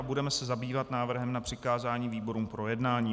Budeme se zabývat návrhem na přikázání výborům k projednání.